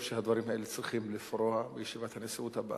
שאת הדברים האלה צריך לפרוע בישיבת הנשיאות הבאה.